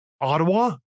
Ottawa